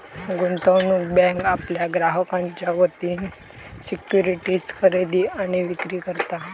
गुंतवणूक बँक आपल्या ग्राहकांच्या वतीन सिक्युरिटीज खरेदी आणि विक्री करता